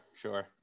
sure